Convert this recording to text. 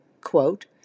Quote